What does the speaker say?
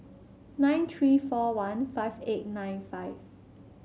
nine three four one five eight nine five